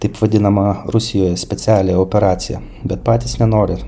taip vadinamą rusijoj specialiąją operaciją bet patys nenori